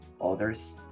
others